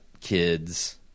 kids